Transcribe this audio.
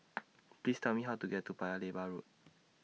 Please Tell Me How to get to Paya Lebar Road